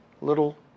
little